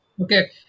Okay